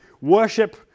worship